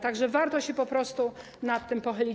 Tak że warto się po prostu nad tym pochylić.